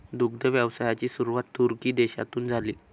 दुग्ध व्यवसायाची सुरुवात तुर्की देशातून झाली